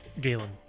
Galen